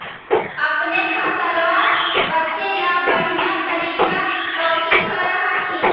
अपने फसलबा बचे ला बढ़िया तरीका कौची कर हखिन?